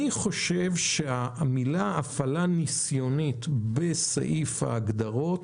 אני חושב שהמלים הפעלה ניסיונית בסעיף ההגדרות,